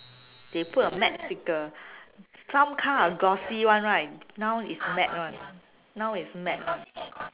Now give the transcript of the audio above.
they put a matt sticker some car are glossy [one] right now is matt [one] now is matt [one]